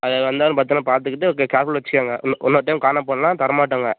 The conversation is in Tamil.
அது வந்தோவுனே பத்திரம்மா பார்த்துகிட்டு ஓகே கேர்ஃபுல்லாக வச்சுக்கோங்க இன் இன்னொரு டைம் காணாமல் போனால் தரமாட்டோங்க